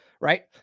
right